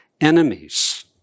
enemies